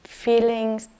feelings